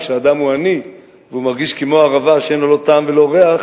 כשאדם הוא עני והוא מרגיש כמו ערבה שאין לה לא טעם ולא ריח,